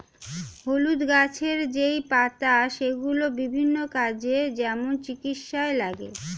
হলুদ গাছের যেই পাতা সেগুলো বিভিন্ন কাজে, যেমন চিকিৎসায় লাগে